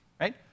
Right